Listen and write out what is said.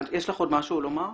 יש לך עוד משהו לומר?